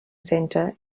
centre